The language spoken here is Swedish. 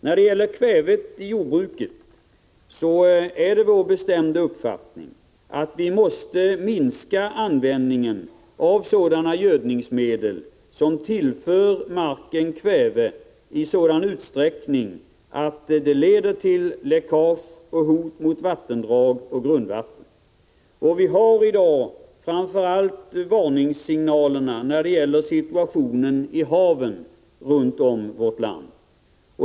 När det gäller frågan om kvävet inom jordbruket är det vår bestämda uppfattning att användningen måste minska av de gödningsmedel som tillför marken kväve i sådan utsträckning att det leder till läckage och därmed hot mot vattendrag och grundvatten. I dag kommer det framför allt varningssignaler om situationen i haven runt om vårt land.